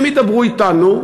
הם ידברו אתנו,